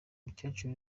mukecuru